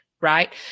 right